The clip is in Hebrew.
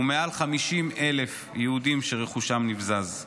ומעל 50,000 יהודים שרכושם נבזז.